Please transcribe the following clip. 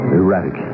erratic